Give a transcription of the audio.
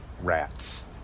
rats